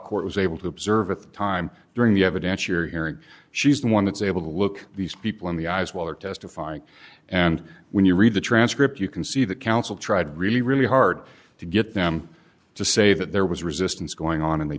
court was able to observe at the time during the evidentiary hearing she's the one that's able to look these people in the eyes while they're testifying and when you read the transcript you can see that counsel tried really really hard to get them to say that there was resistance going on and they